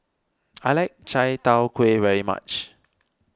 I like Chai Tow Kway very much